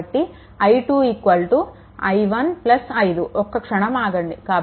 కాబట్టి i2 i1 5 ఒక్క క్షణం ఆగండి